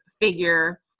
figure